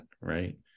right